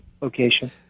location